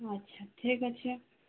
ଆଚ୍ଛା ଠିକ୍ ଅଛି